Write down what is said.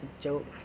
joke